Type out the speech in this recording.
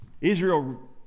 Israel